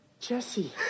Jesse